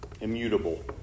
immutable